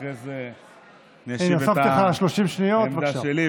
ואחרי זה אני אשיב את העמדה שלי,